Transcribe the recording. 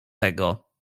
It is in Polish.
tego